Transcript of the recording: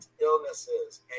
illnesses